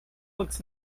looks